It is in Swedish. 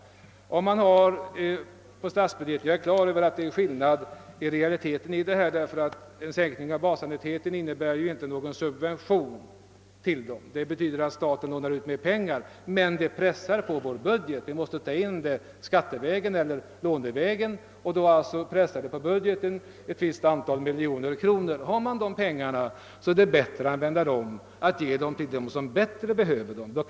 Jag är medveten om att det finns en skillnad i realiteten, ty en sänkning av basannuiteten innebär inte någon subvention. Det betyder att staten lånar ut mer pengar, vilket pressar på vår budget. Vi måste ta in pengarna skattevägen eller lånevägen. En sänkning av basannuiteten betyder en press på vår budget på ett visst antal miljoner kronor. Om de pengarna finns är det bättre att ge dem till dem som verkligen har behov därav.